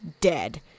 dead